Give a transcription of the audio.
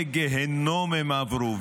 מדורי גיהינום הם עברו.